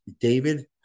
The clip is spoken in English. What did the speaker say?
David